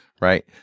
right